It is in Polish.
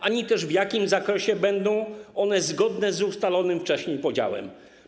Nie wiemy też, też w jakim zakresie będą one zgodne z ustalonym wcześniej podziałem.